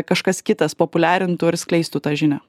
kažkas kitas populiarintų ir skleistų tą žinią